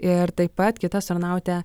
ir taip pat kita astronautė